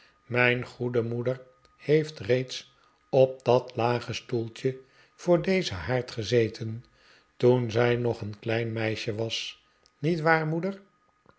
mijn goede moeder heeft reeds op dat lage stoeltje voor dezen haard gezeten toen zij nog een klein meisje was niet waar moeder